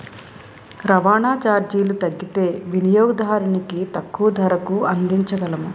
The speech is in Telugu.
రవాణా చార్జీలు తగ్గితే వినియోగదానికి తక్కువ ధరకు అందించగలము